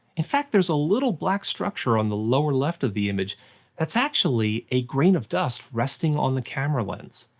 in fact, there's a little black structure on the lower left of the image that's actually a grain of dust resting on the camera lens.